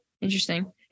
Interesting